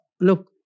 look